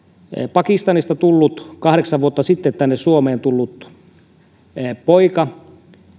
pakistanista kahdeksan vuotta sitten tänne suomeen tullut poika